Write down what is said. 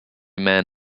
man